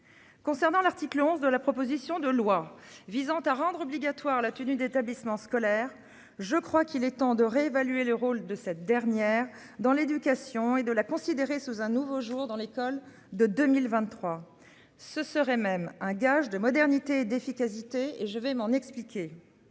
Concernant l'article 11 de la proposition de loi visant à rendre obligatoire la tenue d'établissements scolaires. Je crois qu'il est temps de réévaluer le rôle de cette dernière dans l'éducation et de la considérer sous un nouveau jour dans l'école de 2023. Ce serait même un gage de modernité et d'efficacité et je vais m'en expliquer.